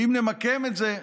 ואם נמקם את זה,